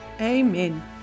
Amen